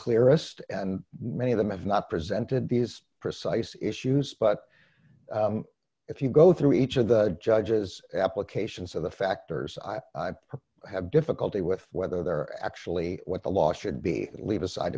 clearest and many of them have not presented these precise issues but if you go through each of the judges applications of the factors i have difficulty with whether they're actually what the law should be leave aside